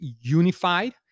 unified